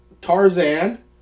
Tarzan